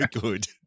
good